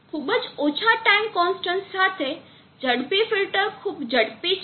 ખૂબ જ ઓછા ટાઇમ કોન્સ્ટન્ટ સાથે ઝડપી ફિલ્ટર ખૂબ ઝડપી છે